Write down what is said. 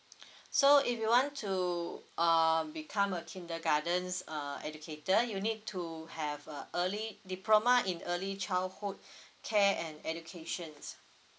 so if you want to uh become a kindergartens uh educator you need to have a early diploma in early childhood care and education